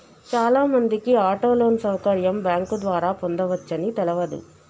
చాలామందికి auto loan సౌకర్యం bank ద్వారా పొందవచ్చని తెలవదు